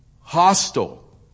hostile